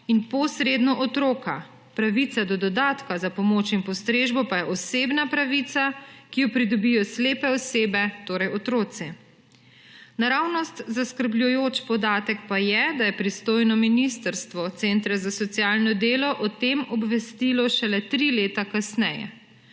in posredno otroka, pravica do dodatka za pomoč in postrežbo pa je osebna pravica, ki jo pridobijo slepe osebe, torej otroci. Naravnost zaskrbljujoč podatek pa je, da je pristojno ministrstvo centre za socialno delo o tem obvestilo šele tri leta kasneje.